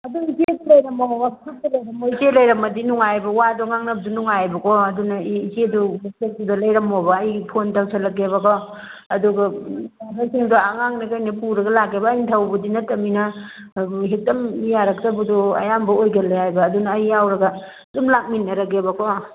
ꯑꯗꯨ ꯏꯆꯦꯗꯨ ꯂꯩꯔꯝꯃꯣꯕ ꯋꯥꯛꯁꯣꯞꯇ ꯂꯩꯔꯝꯃꯣ ꯏꯆꯦ ꯂꯩꯔꯝꯂꯗꯤ ꯅꯨꯡꯉꯥꯏꯑꯕ ꯋꯥꯗꯨ ꯉꯥꯡꯅꯕꯁꯨ ꯅꯨꯡꯉꯥꯏꯕꯀꯣ ꯑꯗꯨꯅ ꯏꯆꯦꯗꯨ ꯋꯥꯛꯁꯣꯞꯇꯨꯗ ꯂꯩꯔꯃꯃꯣꯕ ꯑꯩ ꯐꯣꯟ ꯇꯧꯁꯜꯂꯛꯀꯦꯕꯀꯣ ꯑꯗꯨꯒ ꯑꯉꯥꯡꯅꯦ ꯀꯔꯤꯅꯦ ꯄꯨꯔꯒ ꯂꯥꯛꯀꯦꯕ ꯑꯩꯅ ꯊꯧꯕꯗꯤ ꯅꯠꯇꯕꯅꯤꯅ ꯍꯦꯛꯇ ꯌꯥꯔꯛꯇꯕꯗꯣ ꯑꯌꯥꯝꯕ ꯑꯣꯏꯒꯜꯂꯦ ꯍꯥꯏꯕ ꯑꯗꯨꯅ ꯑꯩ ꯌꯥꯎꯔꯒ ꯁꯨꯝ ꯂꯥꯛꯃꯤꯟꯅꯔꯒꯦꯕꯀꯣ